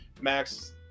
Max